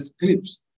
clips